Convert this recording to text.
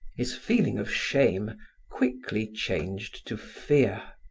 his feeling of shame quickly changed to fear.